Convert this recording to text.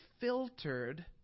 filtered